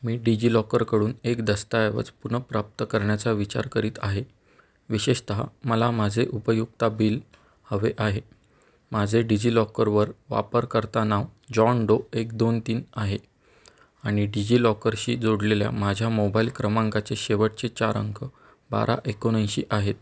मी डिजि लॉकरकडून एक दस्तऐवज पुनर्प्राप्त करण्याचा विचार करीत आहे विशेषतः मला माझे उपयुक्तता बिल हवे आहे माझे डिजि लॉकरवर वापरकर्ता नाव जॉन डो एक दोन तीन आहे आणि डिजि लॉकरशी जोडलेल्या माझ्या मोबाईल क्रमांकाचे शेवटचे चार अंक बारा एकोणऐंशी आहेत